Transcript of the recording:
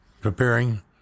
preparing